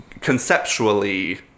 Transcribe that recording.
conceptually